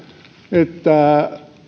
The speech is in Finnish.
että